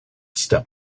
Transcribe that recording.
step